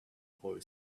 boy